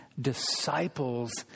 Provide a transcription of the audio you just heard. disciples